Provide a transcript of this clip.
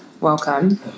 Welcome